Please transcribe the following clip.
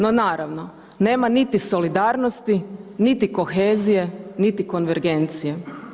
No naravno, nema niti solidarnosti, niti kohezije, niti konvergencije.